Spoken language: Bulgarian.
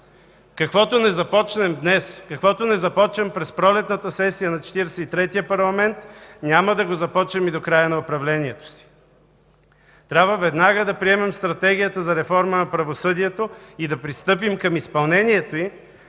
Каквото не започнем днес, каквото не започнем през пролетната сесия на Четиридесет и третия парламент, няма да го започнем и до края на управлението си. Трябва веднага да приемем Стратегията за реформа на правосъдието и да пристъпим към изпълнението й